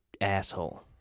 asshole